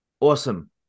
Awesome